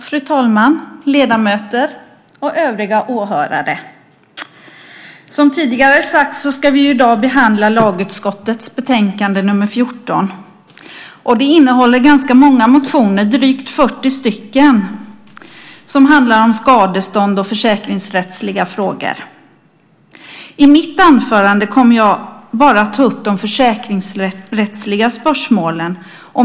Fru talman! Ledamöter och övriga åhörare! Som tidigare sagts ska vi i dag behandla lagutskottets betänkande nr 14. Det innehåller ganska många motioner, drygt 40 stycken, som handlar om skadestånd och försäkringsrättsliga frågor. I mitt anförande kommer jag bara att ta upp de försäkringsrättsliga spörsmålen.